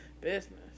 business